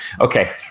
Okay